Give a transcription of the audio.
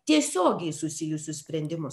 tiesiogiai susijusius sprendimus